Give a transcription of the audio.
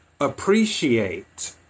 appreciate